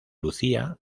lucia